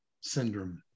syndrome